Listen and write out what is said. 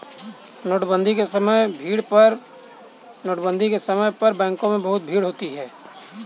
नोटबंदी के समय पर बैंकों में बहुत भीड़ होती थी